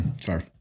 sorry